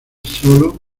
sólo